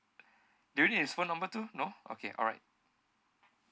do you need his phone number too no okay alright